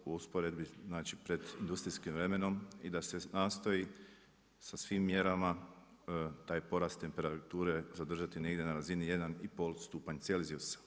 u usporedbi, znači pred industrijskim vremenom i da se nastoji sa svim mjerama taj porast temperature zadržati negdje na razini 1,5 stupanj celzijusa.